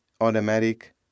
automatic